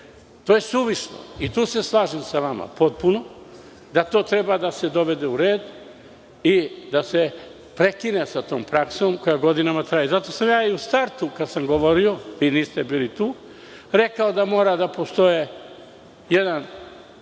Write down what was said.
To je suvišno i tu se slažem sa vama potpuno, da to treba da se dovede u red i da se prekine sa tom praksom koja godinama traje. Zato sam ja u startu, kada sam govorio, vi niste bili tu, rekao da mora da postoji jedan